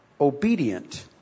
obedient